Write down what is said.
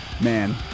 man